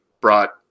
brought